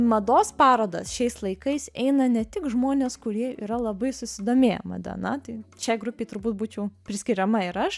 mados parodas šiais laikais eina ne tik žmonės kurie yra labai susidomėję mada na tai šiai grupei turbūt būčiau priskiriama ir aš